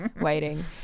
waiting